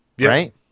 right